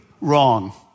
Wrong